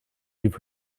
leave